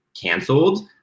canceled